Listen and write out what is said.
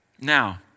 Now